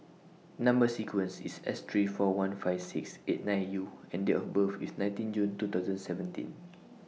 Number sequence IS S three four one five six eight nine U and Date of birth IS nineteen June two thousand and seventeen